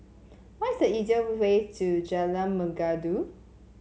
what is the easiest way to Jalan Mengkudu